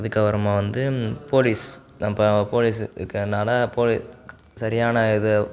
அதுக்கப்புறமா வந்து போலீஸ் நம்ப போலீஸ் இருக்கிறதுனால போலி சரியான இதை